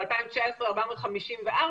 ב-2019 ל-454.